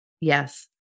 Yes